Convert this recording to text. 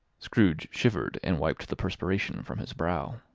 scrooge shivered, and wiped the perspiration from his brow.